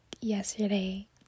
yesterday